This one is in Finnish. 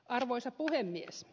arvoisa puhemies